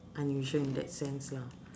unusual in that sense lah